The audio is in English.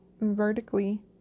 vertically